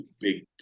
big